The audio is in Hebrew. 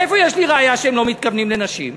מאיפה יש לי ראיה שהם לא מתכוונים לנשים?